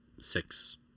six